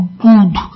good